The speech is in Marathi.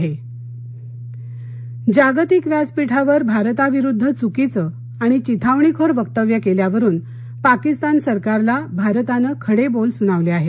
भारत पाकिस्तान जागतिक व्यासपीठ जागतिक व्यासपीठावर भारताविरुद्ध चुकीचं आणि विथावणीखोर वक्तव्य केल्यावरून पाकिस्तान सरकारला भारतानं खडे बोल सुनावले आहेत